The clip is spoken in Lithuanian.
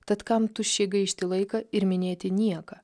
tad kam tuščiai gaišti laiką ir minėti nieką